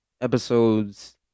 episodes